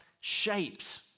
shaped